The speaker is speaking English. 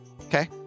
Okay